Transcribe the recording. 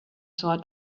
thought